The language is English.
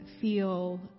feel